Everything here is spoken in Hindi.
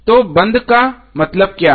तो बंद का मतलब क्या है